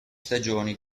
stagioni